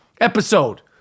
episode